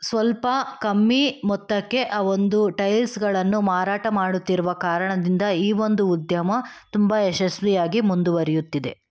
ಸ್ವಲ್ಪ ಕಮ್ಮಿ ಮೊತ್ತಕ್ಕೆ ಆ ಒಂದು ಟೈಲ್ಸ್ಗಳನ್ನು ಮಾರಾಟ ಮಾಡುತ್ತಿರುವ ಕಾರಣದಿಂದ ಈ ಒಂದು ಉದ್ಯಮ ತುಂಬ ಯಶಸ್ವಿಯಾಗಿ ಮುಂದುವರಿಯುತ್ತಿದೆ